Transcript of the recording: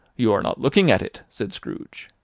you are not looking at it, said scrooge.